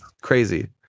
crazy